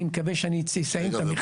אני מקווה שאני אסיים את המכרז.